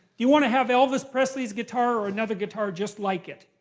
you want to have elvis presley's guitar or another guitar just like it?